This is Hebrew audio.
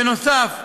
בנוסף,